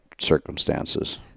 circumstances